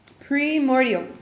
Primordial